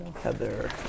Heather